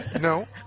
No